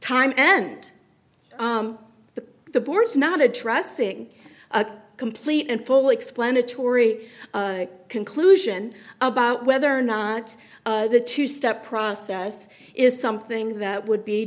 time and the the board's not addressing complete and full explanatory conclusion about whether or not the two step process is something that would be